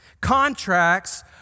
Contracts